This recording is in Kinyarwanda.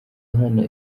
ahana